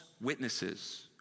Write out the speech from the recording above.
witnesses